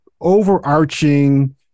overarching